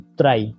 try